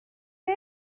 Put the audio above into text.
mae